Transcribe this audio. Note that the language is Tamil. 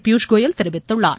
பியூஷ்கோயல் தெரிவித்துள்ளார்